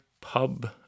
pub